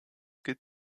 gilt